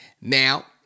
Now